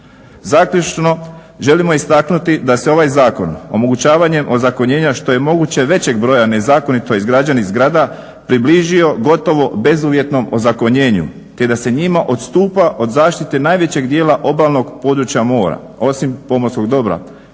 Zaključno želimo istaknuti da se ovaj zakon omogućavanjem ozakonjenja što je moguće većeg broja nezakonito izgrađenih zgrada približio gotovo bezuvjetnom ozakonjenju, te da se njima odstupa od zaštite najvećeg dijela obalnog područja mora osim pomorskog dobra